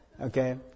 okay